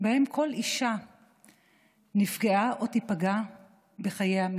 שבהן כל אישה נפגעה או תיפגע מינית בחייה.